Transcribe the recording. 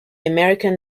american